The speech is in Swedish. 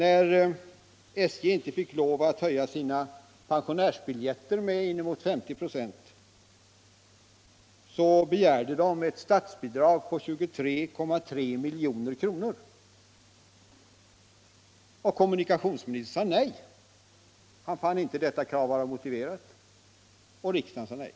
När SJ inte fick lov att höja sina pensionärsbiljetter med inemot 50 96 begärde de ett statsbidrag på 23,3 milj.kr. Kommunikationsministern sade nej — han fann inte detta krav vara motiverat, och riksdagen sade nej.